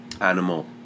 animal